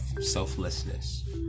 Selflessness